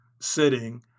sitting